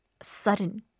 sudden